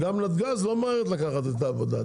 גם נתג"ז לא ממהרת לקחת את העבודה,